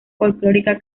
folclórica